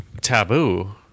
taboo